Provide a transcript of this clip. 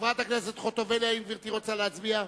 חברת הכנסת חוטובלי, האם גברתי רוצה להצביע?